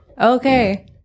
okay